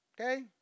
Okay